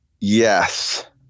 yes